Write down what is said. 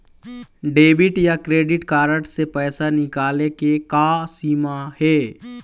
Debit या credit card से पैसा निकाले के का सीमा हे?